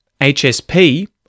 HSP